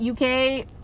UK